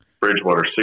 Bridgewater